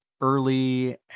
early